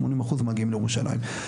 שמונים אחוז מגיעים לירושלים.